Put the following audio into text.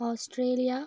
Australia